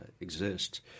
exists